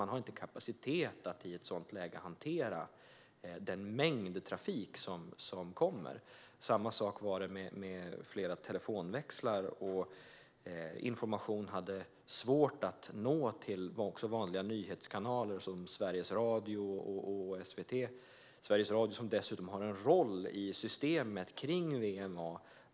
Man har inte kapacitet att hantera den mängd trafik som kommer i ett sådant läge. Likadant var det med flera telefonväxlar. Information hade svårt att nå ut också till vanliga nyhetskanaler, som Sveriges Radio och SVT. Sveriges Radio har dessutom en roll i systemet kring VMA.